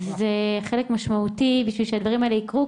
זה חלק משמעותי, בשביל שהדברים האלה יקרו.